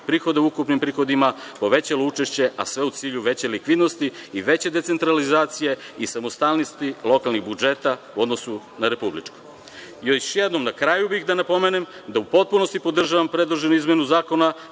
prihoda u ukupnim prihodima povećalo učešće, a sve u cilju veće likvidnosti i veće decentralizacije i samostalnosti lokalnih budžeta u odnosu na republički. Još jednom na kraju bih da napomenem da u potpunosti podržavam predloženu izmenu zakona